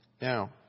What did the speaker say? Now